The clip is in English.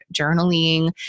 journaling